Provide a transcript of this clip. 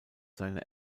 seine